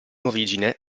origine